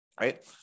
right